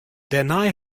dêrnei